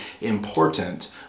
important